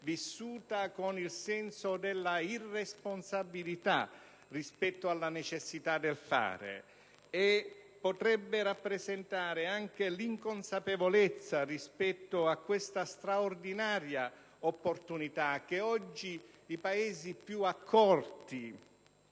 vissuta con un senso di irresponsabilità rispetto alla necessità del fare. E potrebbe rappresentare anche l'inconsapevolezza rispetto a questa straordinaria opportunità, che oggi i Paesi più accorti